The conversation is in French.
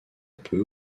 peu